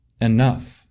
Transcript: enough